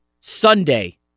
Sunday